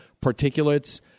particulates